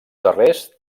darrers